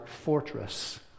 fortress